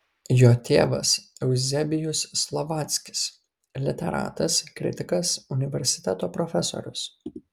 jo tėvas euzebijus slovackis literatas kritikas universiteto profesorius